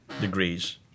degrees